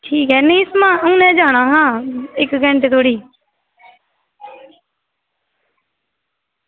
ठीक ऐ नेईं हून गै जाना हा इक्क घैंटे धोड़ी